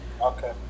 Okay